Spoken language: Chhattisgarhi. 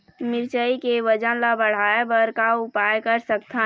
मिरचई के वजन ला बढ़ाएं बर का उपाय कर सकथन?